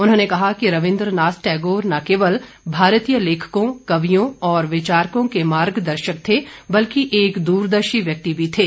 उन्होंने कहा कि रविन्द्र नाथ टैगोर न केवल भारतीय लेखकों कवियों और विचारकों के मार्गदर्शक थे बल्कि एक द्रदर्शी व्यक्ति भी थे